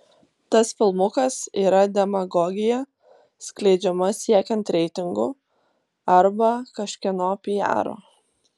tas filmukas yra demagogija skleidžiama siekiant reitingų arba kažkieno pijaro